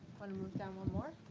down one more?